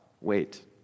wait